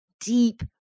deep